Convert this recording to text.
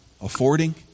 affording